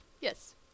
Yes